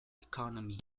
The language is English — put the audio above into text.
economy